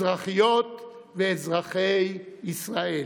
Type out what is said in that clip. אזרחיות ואזרחי ישראל,